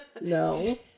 No